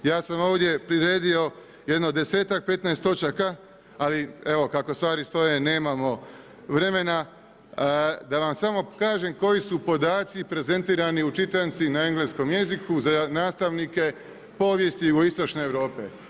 Ja sam ovdje priredio jedno 10, 15 točaka ali, evo, kako stvari stoje nemamo vremena, da vam samo kažem koji su podaci prezentirali u čitanci na engleskom jeziku za nastavnike povijesti jugoistočne Europe.